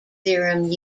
theorem